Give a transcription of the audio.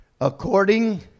according